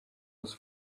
was